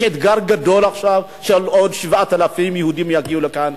יש אתגר גדול עכשיו שעוד 7,000 יהודים יגיעו לכאן,